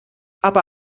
aber